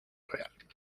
real